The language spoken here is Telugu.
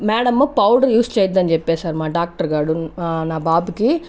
మ్యాడము పౌడర్ యూస్ చెయ్యదని చెప్పేసారు మా డాక్టర్ గాడు ఆ నా బాబుకి